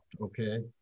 okay